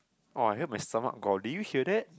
oh I hear my stomach growl do you hear that